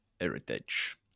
Heritage